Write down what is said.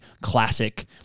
classic